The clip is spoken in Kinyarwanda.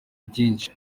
byinshi